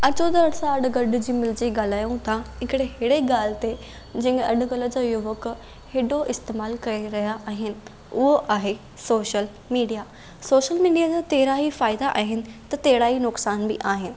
अचो त असां अॼु गॾिजी मिलजी ॻाल्हायूं था हिकिड़े हेड़े ॻाल्हि थे जंहिंखे अॼुकल्ह जा युवक हेॾो इस्तेमालु करे रहिया आहिनि उहो आहे सोशल मीडिया सोशल मीडिया जा तहिड़ा ई फ़ाइदा आहिनि तहिड़ा ई नुक़सान बि आहिनि